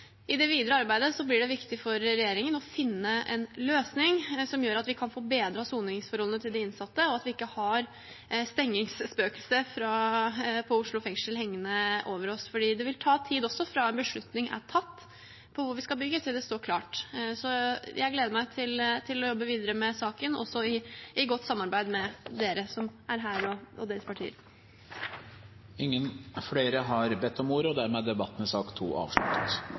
i saken. I det videre arbeidet blir det viktig for regjeringen å finne en løsning som gjør at vi kan få bedret soningsforholdene til de innsatte, og at vi ikke har stengningsspøkelset på Oslo fengsel hengende over oss, for det vil også ta tid fra en beslutning er tatt om hvor vi skal bygge, til det står klart. Jeg gleder meg til å jobbe videre med saken, også i godt samarbeid med dem som er her, og deres partier. Flere har ikke bedt om ordet til sak nr. 2. Etter ønske fra justiskomiteen vil presidenten ordne debatten